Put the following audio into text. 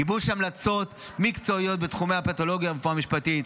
גיבוש המלצות מקצועיות בתחומי הפתולוגיה והרפואה המשפטית,